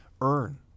earn